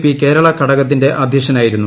P Kerala ഘടകത്തിന്റെ അധ്യക്ഷൻ ആയിരുന്നു